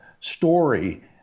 story